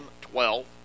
twelve